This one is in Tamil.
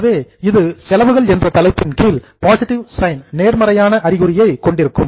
எனவே இது செலவுகள் என்ற தலைப்பின் கீழ் பாசிட்டிவ் சைன் நேர்மறையான அறிகுறியை கொண்டிருக்கும்